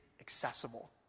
accessible